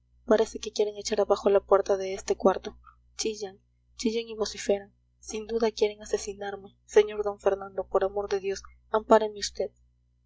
parece que quieren echar abajo la puerta de este cuarto chillan chillan y vociferan sin duda quieren asesinarme sr d fernando por amor de dios ampáreme